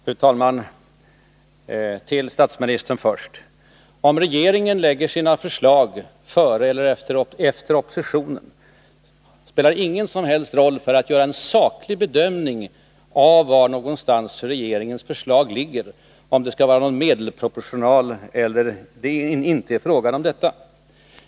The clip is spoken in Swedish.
Fru talman! Till statsministern först. Om regeringen lägger sina förslag före eller efter oppositionen spelar ingen som helst roll för den sakliga bedömningen av var någonstans regeringens förslag ligger — om det skall vara någon medelproportional eller om det inte är fråga om det.